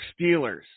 Steelers